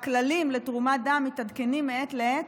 הכללים לתרומת דם מתעדכנים מעת לעת,